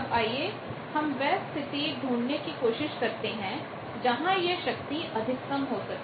अब आइए हम वह स्थिति ढूंढने की कोशिश करते हैं जहां यह शक्ति अधिकतम हो सके